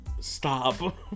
Stop